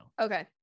Okay